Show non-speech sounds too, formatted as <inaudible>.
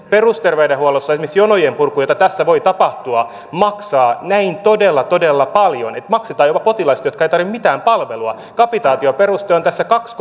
<unintelligible> perusterveydenhuollossa esimerkiksi jonojen purku jota tässä voi tapahtua maksaa todella todella paljon että maksetaan jopa potilaista jotka eivät tarvitse mitään palvelua kapitaatioperuste on tässä kaksi <unintelligible>